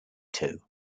too